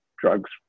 drugs